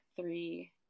three